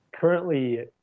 Currently